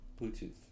Bluetooth